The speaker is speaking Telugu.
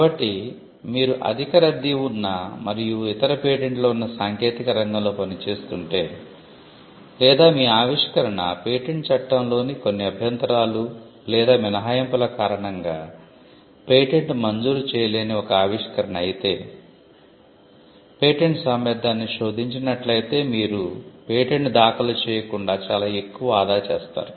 కాబట్టి మీరు అధిక రద్దీ ఉన్న మరియు ఇతర పేటెంట్లు ఉన్న సాంకేతిక రంగంలో పనిచేస్తుంటే లేదా మీ ఆవిష్కరణ పేటెంట్ చట్టంలోని కొన్ని అభ్యంతరాలు లేదా మినహాయింపుల కారణంగా పేటెంట్ మంజూరు చేయలేని ఒక ఆవిష్కరణ అయితే పేటెంట్ సామర్థ్యాన్ని శోధించినట్లయితే మీరు పేటెంట్ దాఖలు చేయకుండా చాలా ఎక్కువ ఆదా చేస్తారు